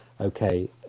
Okay